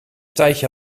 tijdje